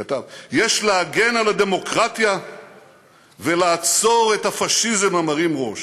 כתב: "יש להגן על הדמוקרטיה ולעצור את הפאשיזם המרים ראש".